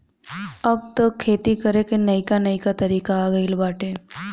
अब तअ खेती करे कअ नईका नईका तरीका आ गइल बाटे